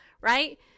Right